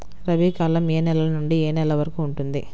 రబీ కాలం ఏ నెల నుండి ఏ నెల వరకు ఉంటుంది?